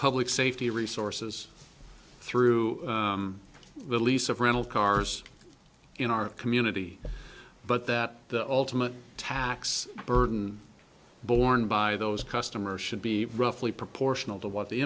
public safety resources through the lease of rental cars in our community but that the ultimate tax burden borne by those customers should be roughly proportional to what the